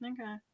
okay